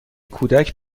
کودک